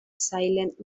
silent